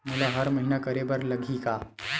मोला हर महीना करे बर लगही का?